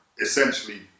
essentially